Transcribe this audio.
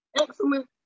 Excellent